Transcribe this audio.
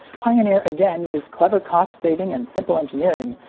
pioneer again used clever cost saving and simple engineering,